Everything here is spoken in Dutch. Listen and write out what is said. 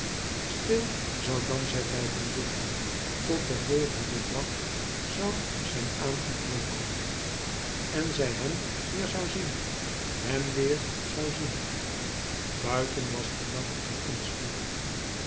stil zou dan zij blijven liggen tot de volgende dag zou zijn aangebroken en zij hem weer zou zien hem weer zou zien buiten was de nacht drukkend zwoel